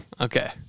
Okay